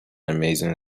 amazing